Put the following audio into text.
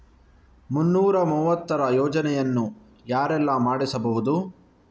ಮುನ್ನೂರ ಮೂವತ್ತರ ಯೋಜನೆಯನ್ನು ಯಾರೆಲ್ಲ ಮಾಡಿಸಬಹುದು?